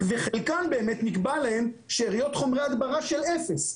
וחלקן נקבע להן שאריות חומרי הדברה של אפס,